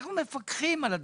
אנו מפקחים על זה.